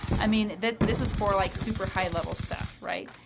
i mean that this is for like super high level stuff, right?